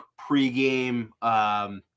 pregame